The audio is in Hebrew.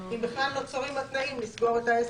אם בכלל מאפשרים התנאים לסגור את העסק?